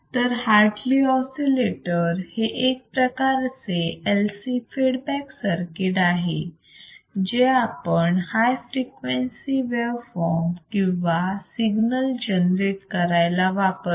तर Hartley oscillator हे एक प्रकारचे LC फीडबॅक सर्किट आहे जे आपण हाय फ्रिक्वेन्सी वेव फॉर्म किंवा सिग्नल जनरेट करायला वापरतो